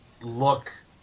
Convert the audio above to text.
look